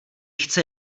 chce